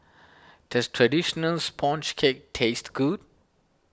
does Traditional Sponge Cake taste good